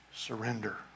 Surrender